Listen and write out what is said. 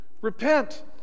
Repent